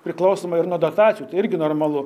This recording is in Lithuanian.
priklausoma ir nuo dotacijų tai irgi normalu